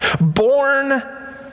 born